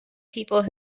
people